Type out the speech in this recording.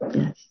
yes